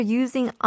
using